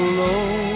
low